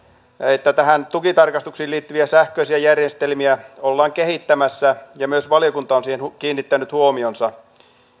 että tukitarkastuksiin liittyviä sähköisiä järjestelmiä ollaan kehittämässä ja myös valiokunta on siihen kiinnittänyt huomionsa